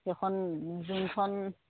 সেইখন যোনখন